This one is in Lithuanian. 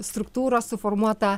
struktūros suformuota